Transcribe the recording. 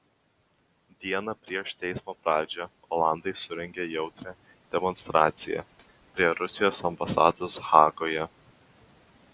dieną prieš teismo pradžią olandai surengė jautrią demonstraciją prie rusijos ambasados hagoje